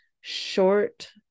short